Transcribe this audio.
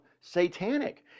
satanic